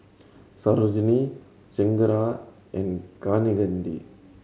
Sarojini Chengara and Kaneganti